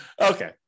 Okay